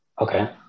Okay